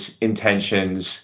intentions